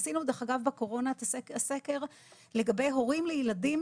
עשינו דרך אגב בקורונה סקר לגבי הורים לילדים